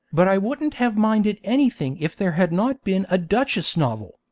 but i wouldn't have minded anything if there had not been a duchess novel.